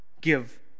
give